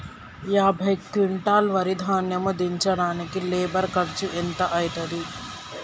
యాభై క్వింటాల్ వరి ధాన్యము దించడానికి లేబర్ ఖర్చు ఎంత అయితది?